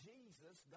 Jesus